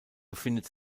befindet